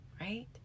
Right